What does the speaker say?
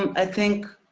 um i think,